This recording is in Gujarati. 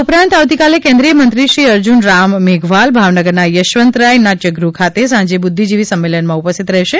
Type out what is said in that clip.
આ ઉપરાંત આવતીકાલે કેન્દ્રિયમંત્રી શ્રી અર્જુનરામ મેઘવાલ ભાવનગરના યશવંતરાય નાટ્યગૃહ ખાતે સાંજે બુદ્ધિજીવી સંમેલનમાં ઉપસ્થિત રહેશે